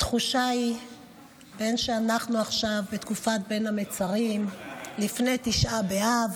התחושה היא שאנחנו עכשיו בתקופת בין המצרים לפני תשעה באב.